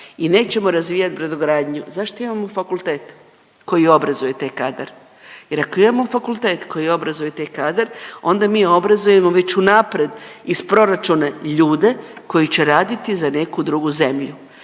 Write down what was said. i nećemo razvijati brodogradnju, zašto imamo fakultet koji obrazuje taj kadar? Jer ako imamo fakultet koji obrazuje taj kadar, onda mi obrazujemo već unaprijed iz proračuna ljude koji će raditi za neku drugu zemlju